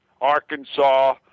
Arkansas